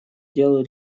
делаю